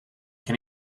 can